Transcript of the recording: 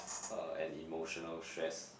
uh and emotional stress